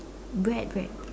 bread bread